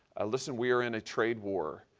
ah listen, we're in a trade war.